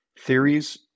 theories